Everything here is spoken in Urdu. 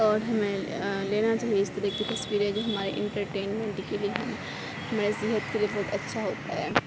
اور ہمیں لینا چاہیے اس طرح کی تصویریں جو ہمارے انٹرٹینمنٹ کے لیے ہوں ہماری صحت کے لیے بہت اچھا ہوتا ہے